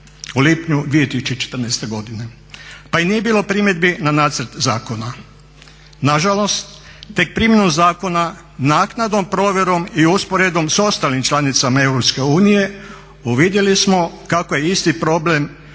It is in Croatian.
u lipnju 2014.godine. Pa i nije bilo primjedbi na nacrt zakona. Nažalost tek primjenom zakona, naknadnom provjerom i usporedbom s ostalim članicama EU uvidjeli smo kako je isti problem